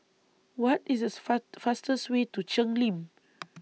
What IS These Far fastest Way to Cheng Lim